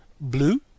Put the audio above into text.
blue